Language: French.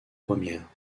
première